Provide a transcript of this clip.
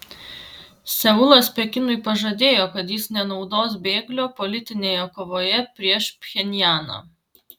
seulas pekinui pažadėjo kad jis nenaudos bėglio politinėje kovoje prieš pchenjaną